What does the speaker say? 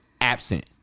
absent